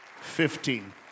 fifteen